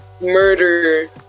murder